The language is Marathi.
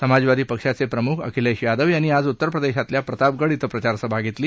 समाजवादी पक्षाचे प्रमुख अखिलेश यादव यांनी आज उत्तरप्रदेशातल्या प्रतापगड ब्रिं प्रचारसभा घेतली